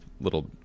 little